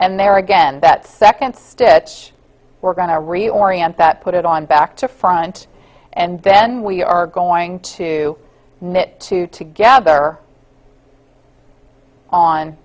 and there again that second stitch we're going to reorient that put it on back to front and then we are going to knit two together on